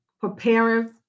preparing